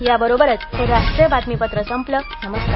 या बरोबरच हे राष्ट्रीय बातमीपत्र संपल नमस्कार